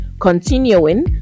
Continuing